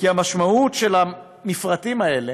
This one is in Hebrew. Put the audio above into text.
כי המשמעות של המפרטים האלה